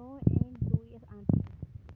ন এক দুই আঠ